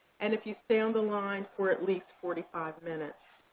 and if you stay on the line for at least forty five minutes.